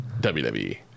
WWE